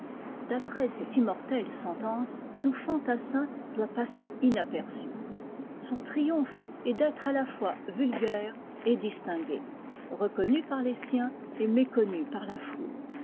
d'après cette immortelle sentence tout fantassin doit passer inaperçu son triomphe est d'être à la fois vulgaire et distingué reconnu par les siens et méconnu par la foule